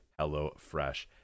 HelloFresh